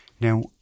Now